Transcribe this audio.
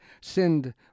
send